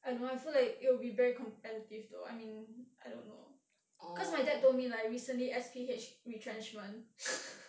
I don't know I feel like it will be very competitive though I mean I don't know because my dad told me like recently S_P_H retrenchment